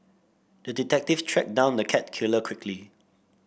the detective tracked down the cat killer quickly